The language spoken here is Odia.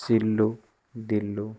ସିଲୁ ଦିଲୁ